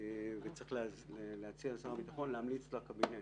וצריך להציע לשר הביטחון להציע לקבינט.